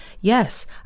Yes